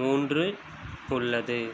மூன்று உள்ளது